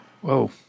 Whoa